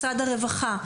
משרד הרווחה,